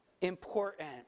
important